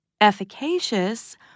efficacious